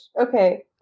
okay